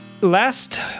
last